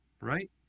Right